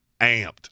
amped